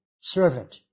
servant